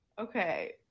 Okay